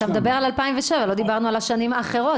אתה מדבר על 2007. לא דיברנו על השנים האחרות.